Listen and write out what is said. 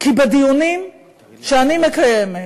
כי בדיונים שאני מקיימת